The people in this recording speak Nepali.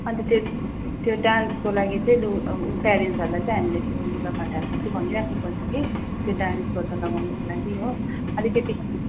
अन्त त्यो त्यो डान्सको लागि चाहिँ लु अब पेरेन्ट्सहरूलाई चाहिँ हामीले त्यो लुगाफाटाहरू चाहिँ भनि राख्नुपर्छ कि त्यो डान्स गर्दा लगाउनको लागि हो अलिकति